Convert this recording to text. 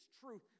truth